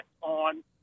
on